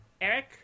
Eric